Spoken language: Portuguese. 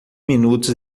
minutos